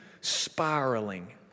spiraling